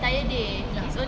ya